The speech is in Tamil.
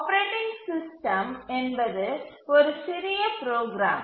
ஆப்பரேட்டிங் சிஸ்டம் என்பது ஒரு சிறிய ப்ரோக்ராம்